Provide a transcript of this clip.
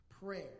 prayer